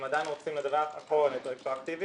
עדין רוצים לדווח אחורה רטרואקטיבית,